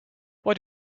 why